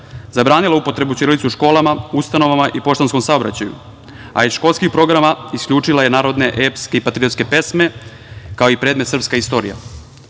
zabranila upotrebu ćirilice u školama, ustanovama i poštanskom saobraćaju, a iz školskih programa isključila je narodne epske i patriotske pesme, kao i predmet "srpska istorija".